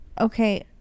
okay